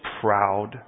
proud